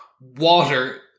water